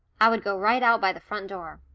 i would go right out by the front door.